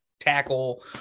tackle